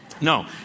no